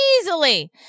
Easily